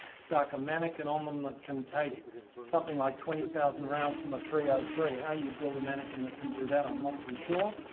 stack a mannequin on them that can take something like twenty thousand rounds from a three oh three. how you build a mannequin that can do that, i'm not too sure.